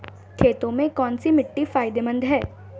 खेती में कौनसी मिट्टी फायदेमंद है?